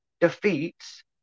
defeats